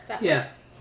Yes